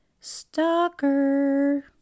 Stalker